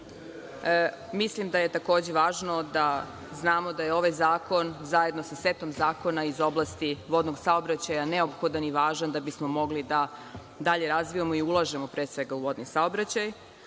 Mislim, da je takođe važno da znamo da je ovaj zakon zajedno sa setom zakona iz oblasti vodnog saobraćaja neophodan i važan da bismo mogli da dalje razvijamo i ulažemo pre svega u vodni saobraćaj. Ono